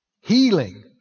Healing